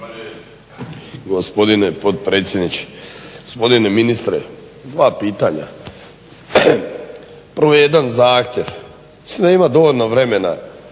gospodine potpredsjedniče. Gospodine ministre, dva pitanja. Prvo je jedan zahtjev, mislim da ima dovoljno vremena